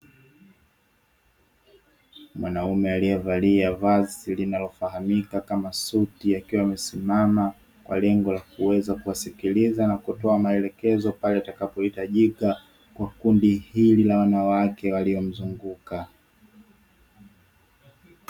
Mwanaume aliyevalia vazi linalofahamika kama suti akiwa amesimama kwa lengo la kuweza kuwasikiliza na kutoa maelekezo pale yatakapohitajika kwa kundi hili la wanawake waliomzunguka.